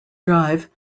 drive